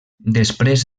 després